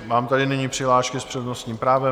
Mám tady nyní přihlášky s přednostním právem.